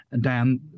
Dan